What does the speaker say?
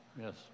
Yes